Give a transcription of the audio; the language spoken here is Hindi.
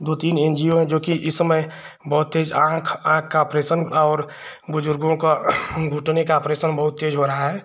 दो तीन एन जी ओ हैं जोकि इस समय बहुत तेज आँख आँख का ऑपरेशन और बुज़ुर्गों का घुटने का ऑपरेशन बहुत तेज़ हो रहा है